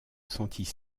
sentis